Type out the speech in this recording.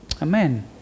Amen